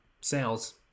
sales